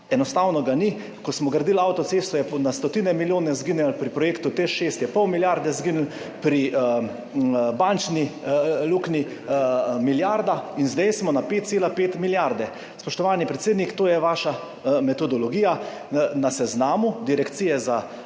Enostavno ga ni. Ko smo gradili avtocesto, je na stotine milijonov izginilo, pri projektu TEŠ 6 je pol milijarde izginilo, pri bančni luknji milijarda in zdaj smo na 5,5 milijarde. Spoštovani predsednik, to je vaša metodologija. Na seznamu Direkcije za